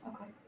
Okay